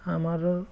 আমাৰ